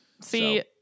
See